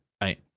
Right